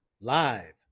live